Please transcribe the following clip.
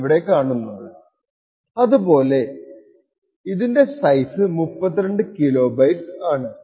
ഇവിടെ കാണുന്നത് പോലെ അതിന്റെ സൈസ് 32 കിലോബൈറ്റ് ആണ്